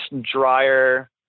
drier